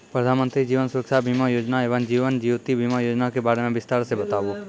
प्रधान मंत्री जीवन सुरक्षा बीमा योजना एवं जीवन ज्योति बीमा योजना के बारे मे बिसतार से बताबू?